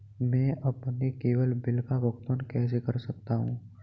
मैं अपने केवल बिल का भुगतान कैसे कर सकता हूँ?